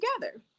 together